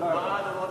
אנחנו בעד רוני